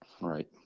Right